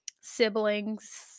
siblings